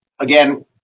again